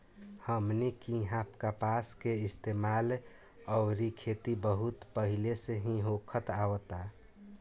हमनी किहा कपास के इस्तेमाल अउरी खेती बहुत पहिले से ही होखत आवता